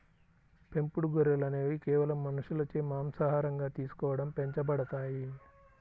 పెంపుడు గొర్రెలు అనేవి కేవలం మనుషులచే మాంసాహారంగా తీసుకోవడం పెంచబడతాయి